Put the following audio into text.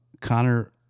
Connor